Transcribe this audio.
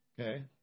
Okay